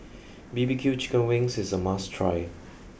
B B Q chicken wings is a must try